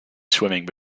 swimming